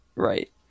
right